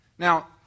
Now